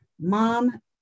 Mom